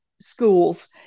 schools